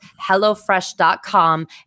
HelloFresh.com